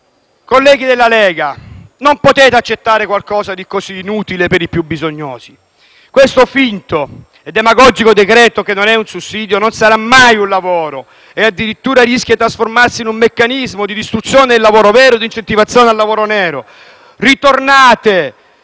Colleghi della Lega, non potete accettare qualcosa di così inutile per i più bisognosi. Questo finto e demagogico decreto-legge, che non è un sussidio, non sarà mai un lavoro e addirittura rischia di trasformarsi in un meccanismo di distruzione del lavoro vero e di incentivazione al lavoro nero.